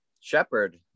Shepard